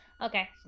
Okay